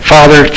Father